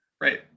Right